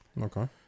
Okay